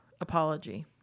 apology